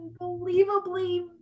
unbelievably